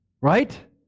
Right